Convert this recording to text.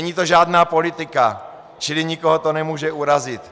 Není to žádná politika, čili nikoho to nemůže urazit.